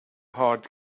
heart